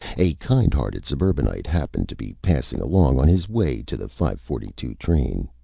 a kind-hearted suburbanite happened to be passing along on his way to the five forty two train.